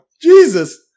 Jesus